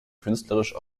künstlerisch